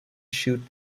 shoot